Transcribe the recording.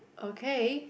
okay